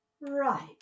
Right